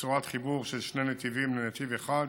בצורת חיבור של שני נתיבים לנתיב אחד,